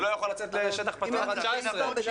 הוא לא יכול לצאת לשטח פתוח עד 19 תלמידים.